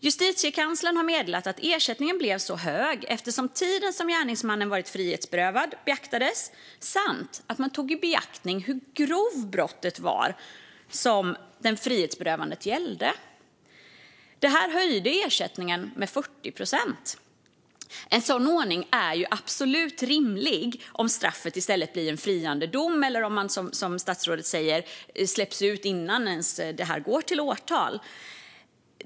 Justitiekanslern har meddelat att ersättningen blev så hög eftersom både tiden som gärningsmannen varit frihetsberövad och hur grovt brottet var som frihetsberövandet gällde beaktades. Detta höjde ersättningen med 40 procent. En sådan ordning är absolut rimlig om straffet i stället blir en friande dom eller om man, som statsrådet säger, släpps ut innan det ens går till åtal.